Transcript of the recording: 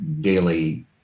daily